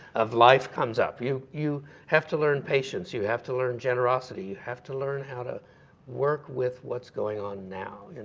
of life comes up. you you have to learn patience, you have to learn generosity. you have to learn how to work with what's going on now.